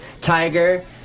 tiger